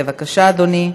בבקשה, אדוני.